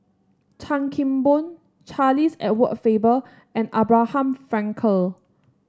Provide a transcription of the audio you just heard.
Chan Kim Boon Charles Edward Faber and Abraham Frankel